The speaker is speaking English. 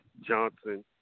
Johnson